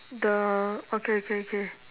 the okay okay okay